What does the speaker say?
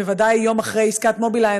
בוודאי יום אחרי עסקת "מובילאיי",